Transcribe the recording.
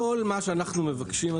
כל מה שאנחנו מבקשים,